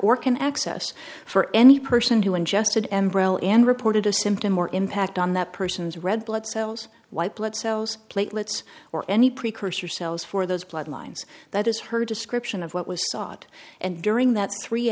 or can access for any person who ingested embroil and reported a symptom or impact on that person's red blood cells white blood cells platelets or any precursor cells for those blood lines that is her description of what was sought and during that three